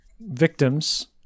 victims